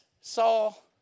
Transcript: Saul